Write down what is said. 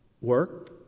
work